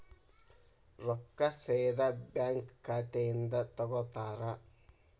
ರೊಕ್ಕಾ ಸೇದಾ ಬ್ಯಾಂಕ್ ಖಾತೆಯಿಂದ ತಗೋತಾರಾ?